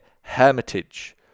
Hermitage